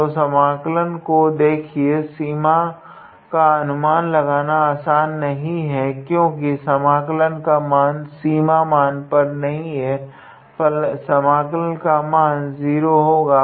तो समाकलन को देखिये सीमा का अनुमान लगाना आसान नहीं है क्योकि समाकलन का मान सीमा मान पर नहीं है समाकलन का मान 0 होगा